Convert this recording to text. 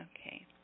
Okay